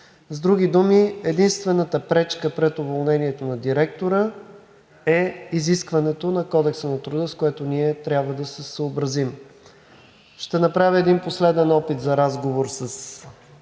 С други думи, единствената пречка пред уволнението на директора е изискването на Кодекса на труда, с което ние трябва да се съобразим. Ще направя един последен опит за разговор с